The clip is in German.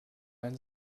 ein